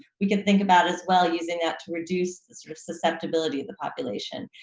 we can think about as well using that to reduce the sort of susceptibility of the population,